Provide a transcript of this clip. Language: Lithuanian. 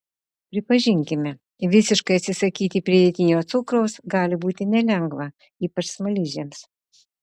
pripažinkime visiškai atsisakyti pridėtinio cukraus gali būti nelengva ypač smaližiams